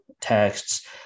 texts